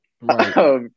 Right